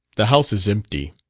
the house is empty.